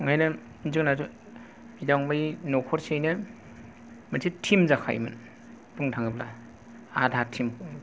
बेनिखायनो जोंना बिदा फंबाय न'खरसेयैनो मोनसे टिम जाखायोमोन बुंनो थाङोब्ला आधा टिम